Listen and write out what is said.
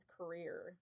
career